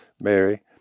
Mary